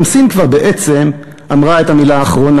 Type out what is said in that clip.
גם סין כבר בעצם אמרה את המילה האחרונה,